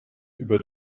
über